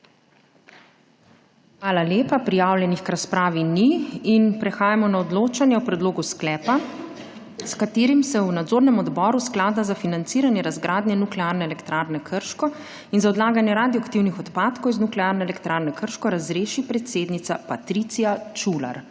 Hvala lepa. Prijavljenih k razpravi ni. Prehajamo na odločanje o predlogu sklepa, s katerim se v Nadzornem odboru Sklada za financiranje razgradnje Nuklearne elektrarne Krško in za odlaganje radioaktivnih odpadkov iz Nuklearne elektrarne Krško razreši predsednica Patricia Čular.